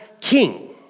king